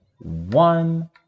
one